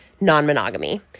non-monogamy